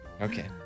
Okay